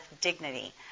dignity